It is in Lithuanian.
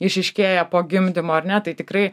išryškėja po gimdymo ar ne tai tikrai